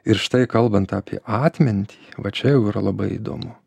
ir štai kalbant apie atmintį va čia jau yra labai įdomu